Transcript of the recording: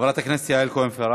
חברת הכנסת יעל כהן-פארן.